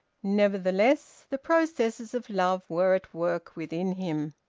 nevertheless the processes of love were at work within him.